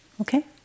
okay